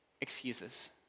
excuses